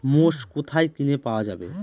মোষ কোথায় কিনে পাওয়া যাবে?